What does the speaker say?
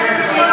שב.